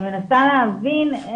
אני מנסה להבין,